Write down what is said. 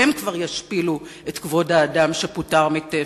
והם כבר ישפילו את כבוד האדם שפוטר מ"תפרון".